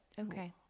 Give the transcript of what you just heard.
okay